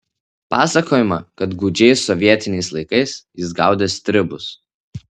pasakojama kad gūdžiais sovietiniais laikais jis gaudė stribus